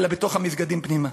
אלא בתוך המסגדים פנימה.